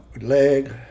leg